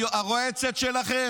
תאורה בתאים,